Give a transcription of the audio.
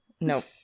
Nope